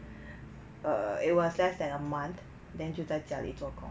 err it was less than a month then 就在家里做工